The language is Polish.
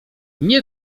nie